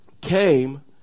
came